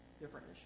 different